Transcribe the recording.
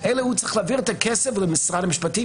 אלא הוא צריך להעביר את הכסף למשרד המשפטים,